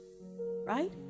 right